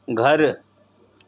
घरु